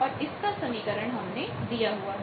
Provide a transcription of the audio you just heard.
और इसका समीकरण हमने दिया हुआ है